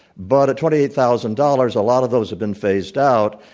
but at twenty eight thousand dollars, a lot of those have been phased out,